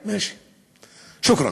שוכראן.